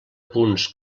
punts